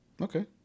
Okay